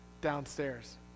downstairs